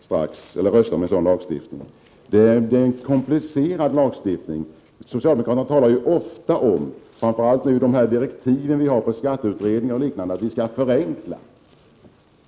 Det rör sig om en komplicerad lagstiftning. Socialdemokraterna förespråkar ofta, bl.a. i de direktiv som ges till skatteutredningar, att man bör förenkla.